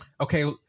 Okay